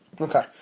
Okay